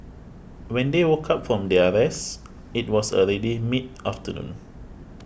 when they woke up from their rest it was already mid afternoon